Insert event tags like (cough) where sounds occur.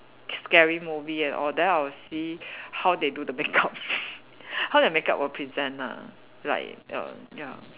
scary movie and all that I will see how they do their makeup (laughs) how their makeup will present ah like err ya